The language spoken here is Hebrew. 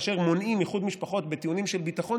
כאשר מונעים איחוד משפחות בטיעונים של ביטחון,